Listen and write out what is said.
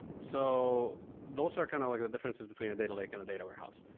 so those are kind of like the differences between a data lake and a data warehouse.